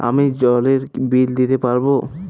আমি জলের বিল দিতে পারবো?